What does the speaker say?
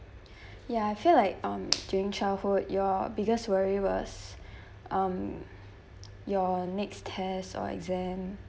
ya I feel like um during childhood your biggest worry was um your next test or exam